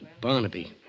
Barnaby